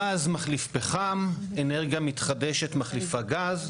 גז מחליף פחם, אנרגיה מתחדשת מחליפה גז.